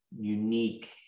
unique